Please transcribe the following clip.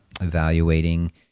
evaluating